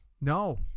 No